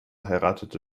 heiratete